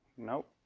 nope?